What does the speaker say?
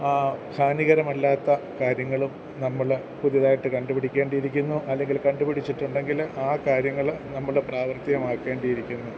ഹാനികരമല്ലാത്ത കാര്യങ്ങളും നമ്മൾ പുതുതായിട്ട് കണ്ടുപിടിക്കേണ്ടിയിരിക്കുന്നു അല്ലെങ്കിൽ കണ്ടുപിടിച്ചിട്ടുണ്ടെങ്കിൽ ആ കാര്യങ്ങൾ നമ്മൾ പ്രാവർത്തികമാക്കേണ്ടിരിക്കുന്നു